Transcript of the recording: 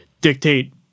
dictate